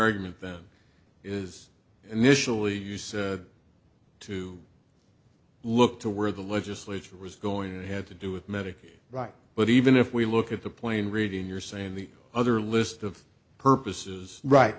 argument then is an initially used to look to where the legislature was going it had to do with medicaid right but even if we look at the plain reading you're saying the other list of purposes right